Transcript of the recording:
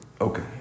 Okay